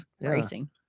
Racing